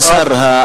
כבוד השר,